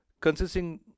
consisting